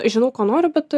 žinau ko noriu bet